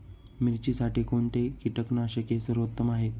मिरचीसाठी कोणते कीटकनाशके सर्वोत्तम आहे?